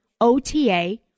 OTA